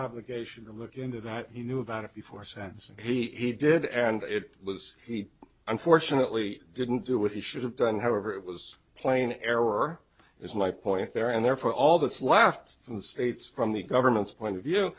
obligation to look into that he knew about it before sense he did and it was he unfortunately didn't do what he should have done however it was plain error is my point there and therefore all that's left from the states from the government's point of view